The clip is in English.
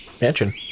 Mansion